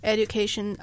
Education